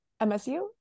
MSU